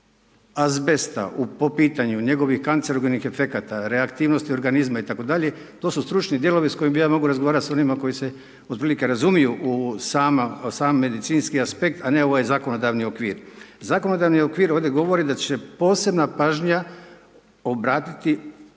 azbesta po pitanju njegovih kancerogenih efekata, reaktivnosti organizma itd., to su stručni dijelovi koji bi ja mogao razgovarati s onima koji se od prilike razumiju u sam medicinski aspekt a ne ovaj zakonodavni okvir. Zakonodavni okvir ovdje govori da će posebna pažnja obratiti ljudima